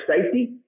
safety